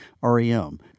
REM